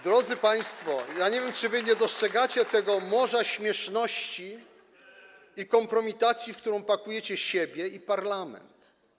Drodzy państwo, ja nie wiem, czy wy nie dostrzegacie tego morza śmieszności i kompromitacji, w które pakujecie siebie i parlament.